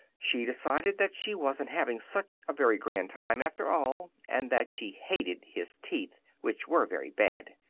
she decided that she wasn't having such a very grand time, after all, and that she hated his teeth, which were very bad.